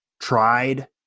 tried